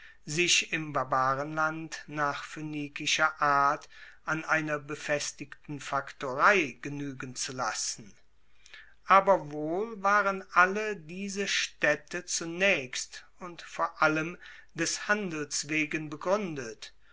sich im barbarenland nach phoenikischer art an einer befestigten faktorei genuegen zu lassen aber wohl waren alle diese staedte zunaechst und vor allem des handels wegen begruendet